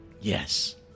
Yes